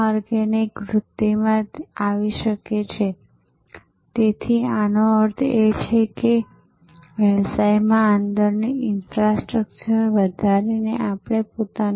વર્લી અથવા નરીમાન પોઈન્ટ અથવા Victoria terminus અથવા ચર્ચના ગેટ પર